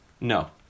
No